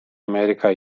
america